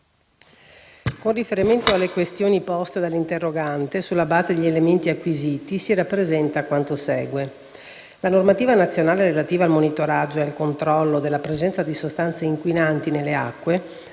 con riferimento alle questioni poste dall'interrogante, sulla base degli elementi acquisiti, si rappresenta quanto segue. La normativa nazionale relativa al monitoraggio e al controllo della presenza di sostanze inquinanti nelle acque